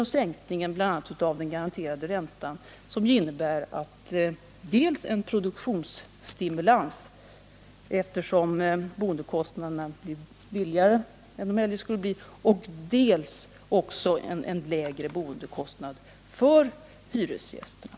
a. kan nämnas sänkningen av den garanterade räntan, som ju dels innebär en produktionsstimulans, eftersom boendekostnaderna blir lägre än de eljest skulle bli, dels en lägre boendekostnad för hyresgästerna.